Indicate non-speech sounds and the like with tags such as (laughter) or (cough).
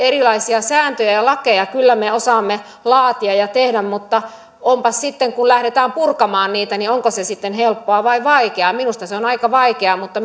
erilaisia sääntöjä ja lakeja me kyllä osaamme laatia ja tehdä mutta sitten kun lähdetään purkamaan niitä niin onko se sitten helppoa vai vaikeaa minusta se on on aika vaikeaa mutta (unintelligible)